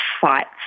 fights